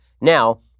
now